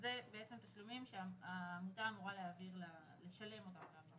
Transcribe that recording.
זה בעצם תשלומים שהעמותה אמורה לשלם אותם.